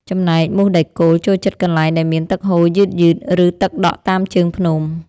ចំណែកមូសដែកគោលចូលចិត្តកន្លែងដែលមានទឹកហូរយឺតៗ ឬទឹកដក់តាមជើងភ្នំ។